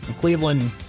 Cleveland